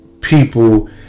people